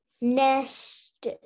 nest